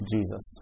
Jesus